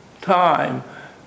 time